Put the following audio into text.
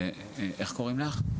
איך קוראים לך?